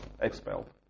expelled